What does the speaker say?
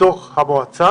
בתוך המועצה